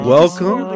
Welcome